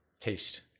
taste